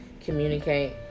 communicate